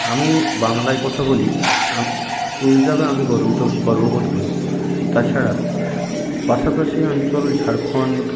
আমি বাংলায় কথা বলি সেই হিসাবে আমি গর্বিত গর্ববোধ করি তাছাড়া পাশাপাশি অঞ্চল ঝাড়খণ্ড